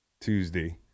Tuesday